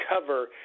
cover